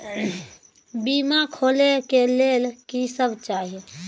बीमा खोले के लेल की सब चाही?